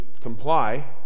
comply